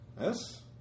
Yes